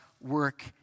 work